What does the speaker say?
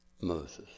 Moses